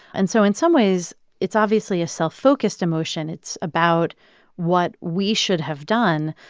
and so in some ways it's obviously a self-focused emotion. it's about what we should have done.